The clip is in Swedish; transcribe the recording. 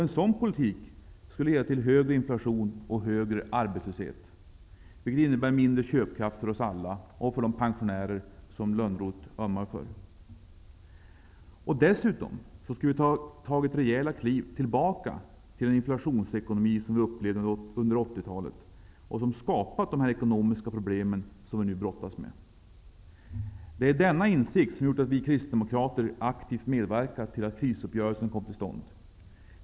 En sådan politik skulle leda till högre inflation och högre arbetslöshet, vilket innebär mindre köpkraft för oss alla, även för de pensionärer som Johan Lönnroth ömmar för. Dessutom skulle vi ha tagit rejäla kliv tillbaka till den inflationsekonomi som vi upplevde under 80 talet och som skapat de ekonomiska problem som vi nu brottas med. Det är denna insikt som gjort att vi kristdemokrater aktivt medverkat till att krisuppgörelsen kom till stånd.